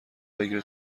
بگیره